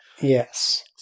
Yes